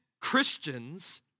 Christians